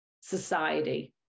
society